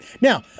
Now